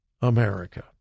America